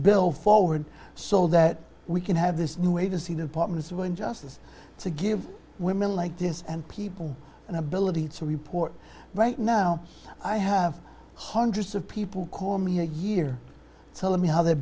bill forward so that we can have this new agency departments when justice to give women like this and people an ability to report right now i have hundreds of people call me a year telling me how they